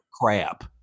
Crap